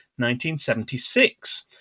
1976